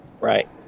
Right